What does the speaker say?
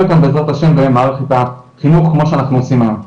אותם בעזרת השם במערכת החינוך כמו שאנחנו עושים היום.